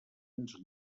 ens